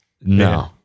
No